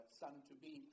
son-to-be